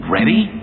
Ready